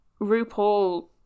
RuPaul